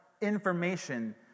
information